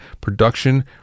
production